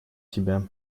себя